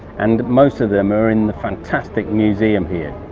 and most of them are in the fantastic museum here.